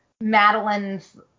Madeline's